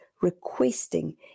requesting